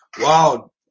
wow